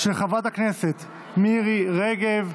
של חברת הכנסת מירי רגב.